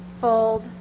fold